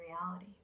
reality